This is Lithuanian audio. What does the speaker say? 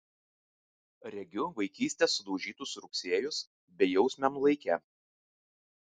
regiu vaikystės sudaužytus rugsėjus bejausmiam laike